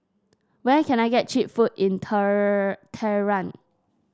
where can I get cheap food in Tehran